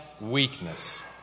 weakness